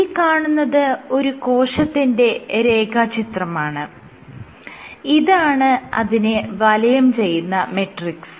ഈ കാണുന്നത് ഒരു കോശത്തിന്റെ രേഖാചിത്രമാണ് ഇതാണ് അതിനെ വലയം ചെയ്യുന്ന മെട്രിക്സ്